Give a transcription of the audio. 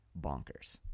bonkers